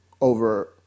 Over